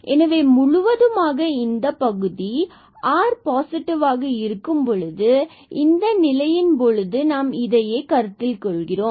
எனவே முழுவதுமாக இந்த முதல் பகுதி ஆர் பாசிட்டிவாக இருக்கும்பொழுது இதையே நாம் இந்த நிலையின் பொழுது கருத்தில் கொள்கிறோம்